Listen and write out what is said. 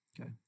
Okay